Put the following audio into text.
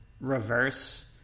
reverse